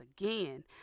again